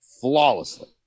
flawlessly